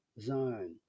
zone